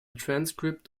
transcript